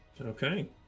Okay